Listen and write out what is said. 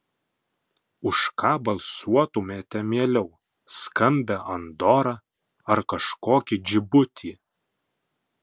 už ką balsuotumėte mieliau skambią andorą ar kažkokį džibutį